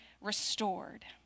restored